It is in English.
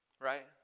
right